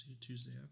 Tuesday